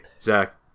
Zach